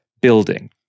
building